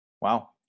Wow